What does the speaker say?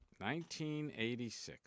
1986